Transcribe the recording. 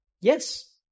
Yes